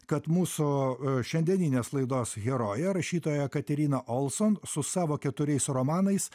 kad mūsų šiandieninės laidos herojė rašytoja katerina olson su savo keturiais romanais